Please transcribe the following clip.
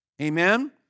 Amen